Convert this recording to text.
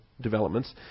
developments